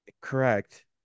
Correct